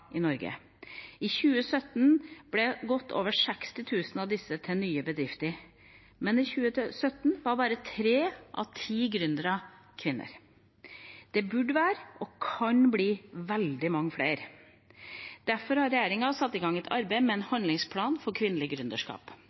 i Norge. I 2017 ble godt over 60 000 av disse til nye bedrifter. Men i 2017 var bare tre av ti gründere kvinner. Det burde vært – og kan bli – veldig mange flere. Derfor har regjeringa satt i gang et arbeid med en handlingsplan for kvinnelig